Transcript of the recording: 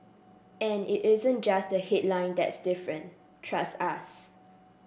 and it isn't just the headline that's different trust us